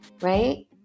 right